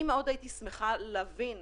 אני חושב שצריכה לצאת קריאה מאוד ברורה מהוועדה,